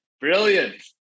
Brilliant